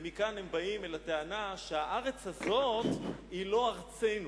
ומכאן הם באים לטענה שהארץ הזאת היא לא ארצנו